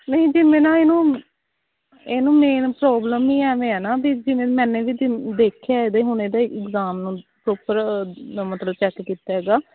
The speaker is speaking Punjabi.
ਨਹੀਂ ਜੀ ਮੈਂ ਨਾ ਇਹਨੂੰ ਇਹਨੂੰ ਮੇਨ ਪ੍ਰੋਬਲਮ ਹੀ ਐਵੇਂ ਹੈ ਨਾ ਵੀ ਜਿਵੇਂ ਮੈਂ ਵੀ ਜਿ ਦੇਖਿਆ ਇਹਦੇ ਹੁਣ ਇਹਦੇ ਇਗਜਾਮ ਨੂੰ ਪ੍ਰੋਪਰ ਨ ਮਤਲਬ ਚੈੱਕ ਕੀਤਾ ਇਹਦਾ